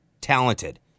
talented